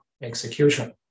execution